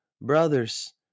brothers